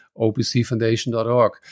opcfoundation.org